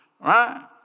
right